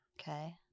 Okay